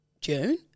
June